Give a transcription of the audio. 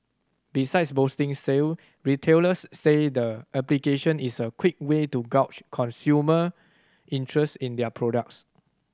besides boosting sale retailers say the application is a quick way to gauge consumer interest in their products